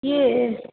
କିଏ